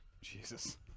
Jesus